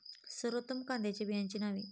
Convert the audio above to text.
सर्वोत्तम कांद्यांच्या बियाण्यांची नावे?